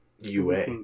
UA